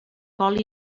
col